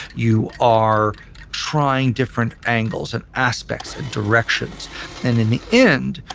you are trying different angles and aspects directions and in the end,